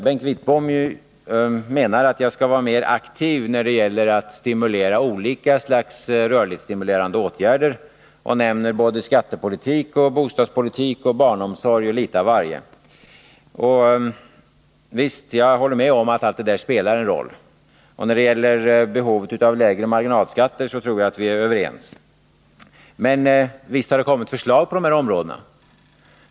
Bengt Wittbom menar att jag skall vara mer aktiv när det gäller olika slags rörlighetsstimulerande åtgärder och nämner skattepolitik, bostadspolitik, barnomsorg och litet av varje. Jag håller med om att allt det där spelar en roll. När det gäller behovet av lägre marginalskatter tror jag att vi är överens, men visst har det kommit förslag på de här områdena!